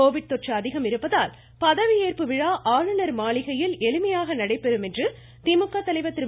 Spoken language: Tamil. கோவிட் தொற்று அதிகம் இருப்பதால் பதவியேற்பு விழா ஆளுநர் மாளிகையில் எளிமையாக நடைபெறும் என்று திமுக தலைவர் திரு